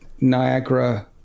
Niagara